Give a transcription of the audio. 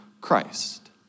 Christ